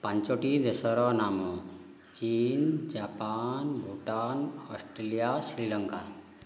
ପାଞ୍ଚଟି ଦେଶର ନାମ ଚୀନ ଜାପାନ ଭୁଟାନ ଅଷ୍ଟ୍ରେଲିଆ ଶ୍ରୀଲଙ୍କା